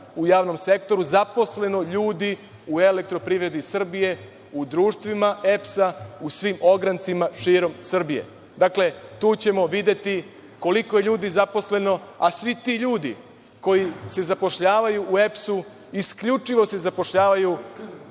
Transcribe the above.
u javnom sektoru zaposleno ljudi u EPS, društvima EPS, u svim ograncima širom Srbije? Dakle, tu ćemo videti koliko je ljudi zaposleno, a svi ti ljudi koji se zapošljavaju u EPS isključivo se zapošljavaju